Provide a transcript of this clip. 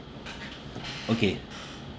okay